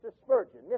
Spurgeon